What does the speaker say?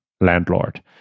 landlord